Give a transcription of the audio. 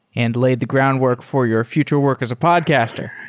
and la id the groundwork for your future work as a podcaster.